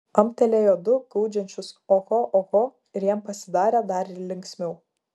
amtelėjo du gaudžiančius oho oho ir jam pasidarė dar linksmiau